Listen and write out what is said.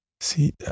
See